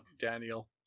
Daniel